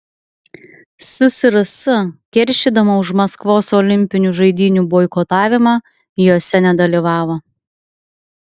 ssrs keršydama už maskvos olimpinių žaidynių boikotavimą jose nedalyvavo